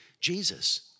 Jesus